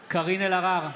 הכנסת) ואליד אלהואשלה,